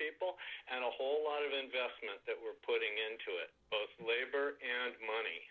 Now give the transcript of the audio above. people and a whole lot of investment that we're putting into it both labor and money